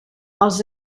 els